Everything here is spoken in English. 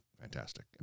Fantastic